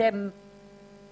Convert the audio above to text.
אתמול